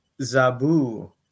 Zabu